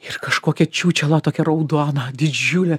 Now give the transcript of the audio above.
ir kažkokią čiūčelą tokią raudoną didžiulę